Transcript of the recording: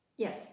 Yes